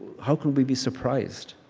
how could we be surprised?